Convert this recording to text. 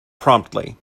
promptly